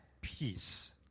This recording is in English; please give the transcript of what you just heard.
peace